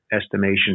estimation